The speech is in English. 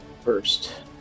First